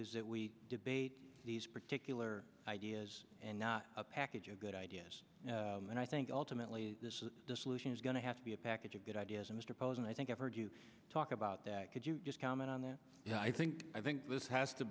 is that we debate these particular ideas and not a package of good ideas and i think ultimately this is dissolution is going to have to be a package of good ideas and oppose and i think i've heard you talk about that could you just comment on that you know i think i think this has to